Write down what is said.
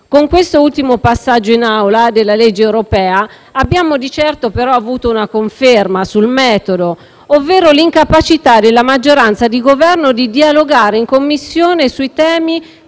Con questo ultimo passaggio in Aula della legge europea abbiamo di certo avuto una conferma sul metodo, ovvero l'incapacità della maggioranza di Governo di dialogare in Commissione sui